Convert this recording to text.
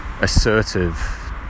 assertive